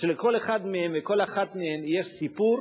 שלכל אחד מהם ולכל אחת מהן יש סיפור,